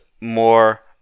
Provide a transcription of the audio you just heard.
more